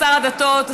שר הדתות,